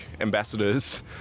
ambassadors